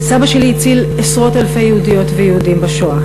סבא שלי הציל עשרות-אלפי יהודיות ויהודים בשואה,